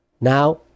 Now